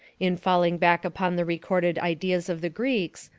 in falling back upon the recorded ideas of the greeks,